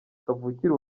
kavukire